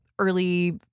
early